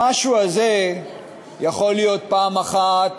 המשהו הזה יכול להיות פעם אחת